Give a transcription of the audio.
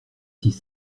six